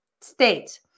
state